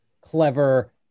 clever